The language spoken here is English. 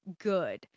good